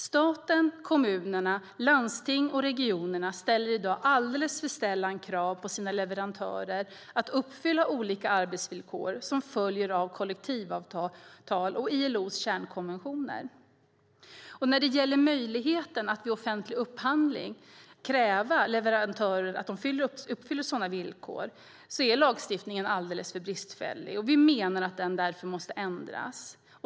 Staten, kommunerna, landstingen och regionerna ställer i dag alldeles för sällan krav på sina leverantörer att uppfylla olika arbetsvillkor som följer av kollektivavtal och ILO:s kärnkonventioner. När det gäller möjligheten att vid offentlig upphandling kräva att leverantörer uppfyller sådana villkor är lagstiftningen alldeles för bristfällig. Vi menar att den därför måste ändras.